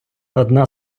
одна